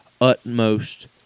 utmost